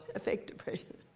affect depression.